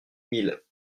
mille